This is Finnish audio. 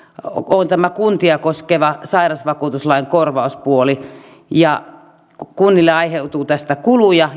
on tämä kuntia koskeva sairausvakuutuslain korvauspuoli ja kunnille aiheutuu tästä kuluja